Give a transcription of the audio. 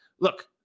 Look